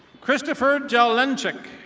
chritopher dolencheck.